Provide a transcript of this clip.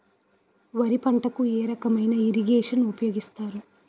వరి పంటకు ఏ రకమైన ఇరగేషన్ ఉపయోగిస్తారు?